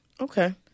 okay